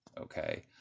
okay